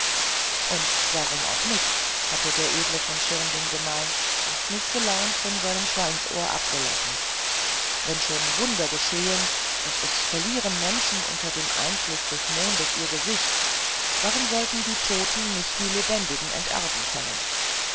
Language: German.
und warum auch nicht hatte der edel von schirnding gemeint und mißgelaunt von seinem schweinsohr abgelassen wenn schon wunder geschehen und es verlieren menschen unter dem einfluß des mondes ihr gesicht warum sollten die toten nicht die lebendigen enterben können